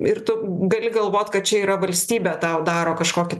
ir tu gali galvot kad čia yra valstybė tau daro kažkokį